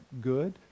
good